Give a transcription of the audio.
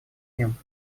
ним